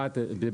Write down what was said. אנחנו